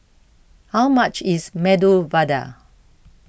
how much is Medu Vada